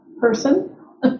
person